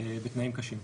בתנאים קשים.